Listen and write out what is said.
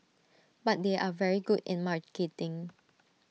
but they are very good in marketing